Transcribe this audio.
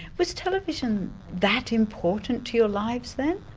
was television that important to your lives then?